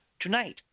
tonight